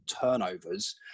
turnovers